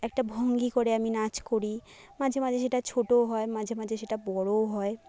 একটা ভঙ্গি করে আমি নাচ করি মাঝে মাঝে সেটা ছোটোও হয় মাঝে সেটা বড়োও হয়